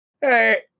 hey